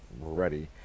ready